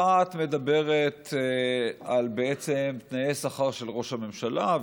אחת מדברת על תנאי שכר של ראש הממשלה,